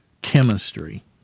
Chemistry